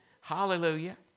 Hallelujah